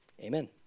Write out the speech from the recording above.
amen